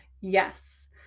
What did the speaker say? Yes